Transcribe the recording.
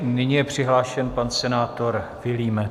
Nyní je přihlášen pan senátor Vilímec.